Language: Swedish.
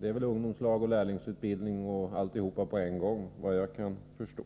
Det är väl ungdomslag och lärlingsutbildning, och allt på en gång såvitt jag kan förstå.